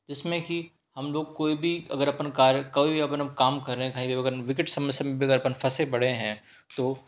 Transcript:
जिसमें की हम लोग कोई भी अगर अपन कार्य कभी भी अपन काम कर रहें हैं कहीं भी अगर विकट समय पर अगर अपन फंसे पड़े हैं तो